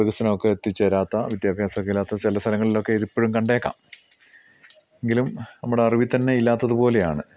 വികസനം ഒക്കെ എത്തിച്ചേരാത്ത വിദ്യാഭ്യാസം ഒക്കെ ഇല്ലാത്ത ചില സ്ഥലങ്ങളിൽ ഒക്കെ ഇതിപ്പോഴും കണ്ടേക്കാം എങ്കിലും നമ്മുടെ അറിവിൽ തന്നെ ഇല്ലാത്തതു പോലെയാണ്